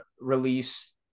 release